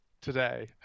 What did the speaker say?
today